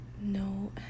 no